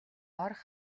орох